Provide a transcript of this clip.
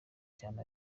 cyane